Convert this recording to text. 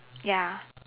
ya